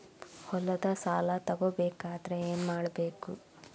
ಹೊಲದ ಸಾಲ ತಗೋಬೇಕಾದ್ರೆ ಏನ್ಮಾಡಬೇಕು?